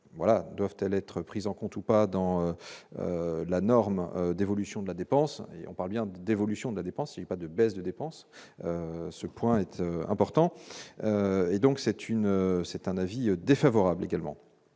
voilà doivent-elles être prises en compte ou pas dans la norme d'évolution de la dépense, on parle bien d'évolution de la dépense et pas de baisse de dépenses ce point être important et donc c'est une c'est un avis défavorable également